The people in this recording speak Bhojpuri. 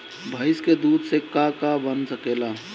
भइस के दूध से का का बन सकेला?